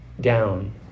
down